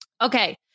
okay